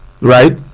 right